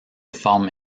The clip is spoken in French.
forme